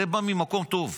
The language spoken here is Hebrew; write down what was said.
זה בא ממקום טוב.